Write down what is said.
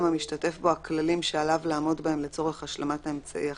המשתתף בו הכללים שעליו לעמוד בהם לצורך השלמת האמצעי החלופי.